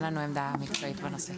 אין לנו עמדה מקצועית בנושא.